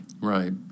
Right